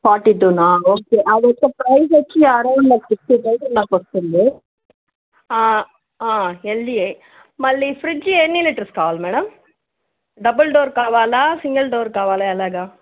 forty two నా okay అదోచేసి price వచ్చి అరౌండ్ సిక్స్టీ థౌసండ్ దాకా వస్తుంది ఎల్డీఏ మళ్ళీ ఫ్రిడ్జ్ ఎన్ని లీటర్స్ కావలా మేడం డబల్ డోర్ కావాలా సింగిల్ డోర్ కావాలా ఎలాగా